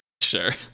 Sure